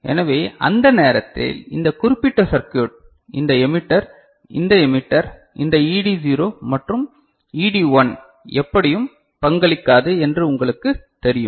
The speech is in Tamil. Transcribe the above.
எனவே அந்த நேரத்தில் இந்த குறிப்பிட்ட சர்க்யுட் இந்த எமிட்டர் இந்த எமிட்டர் இந்த ED0 மற்றும் ED1 எப்படியும் பங்களிக்காது என்று உங்களுக்குத் தெரியும்